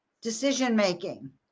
Decision-making